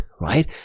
right